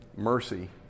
Mercy